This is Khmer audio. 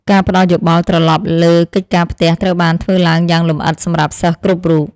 ការផ្តល់យោបល់ត្រឡប់លើកិច្ចការផ្ទះត្រូវបានធ្វើឡើងយ៉ាងលម្អិតសម្រាប់សិស្សគ្រប់រូប។